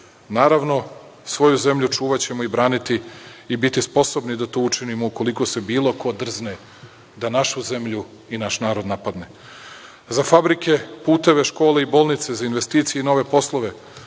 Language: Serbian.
Naravno, svoju zemlju čuvaćemo i braniti i biti sposobni da to učinimo ukoliko se bilo ko drzne da našu zemlju i naš narod napadne.Za fabrike, puteve, škole i bolnice za investicije i nove poslove,